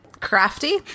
Crafty